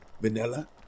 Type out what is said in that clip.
vanilla